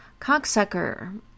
Cocksucker